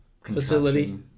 facility